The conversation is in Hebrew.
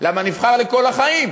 למה נבחר לכל החיים.